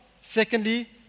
Secondly